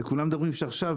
וכולם מדברים שעכשיו,